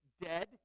dead